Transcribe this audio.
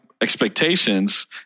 expectations